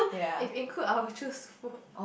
if include I will choose food